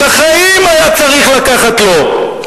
את החיים היה צריך לקחת לו.